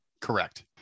Correct